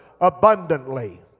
abundantly